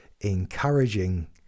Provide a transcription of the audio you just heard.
encouraging